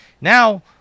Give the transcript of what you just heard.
Now